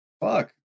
Fuck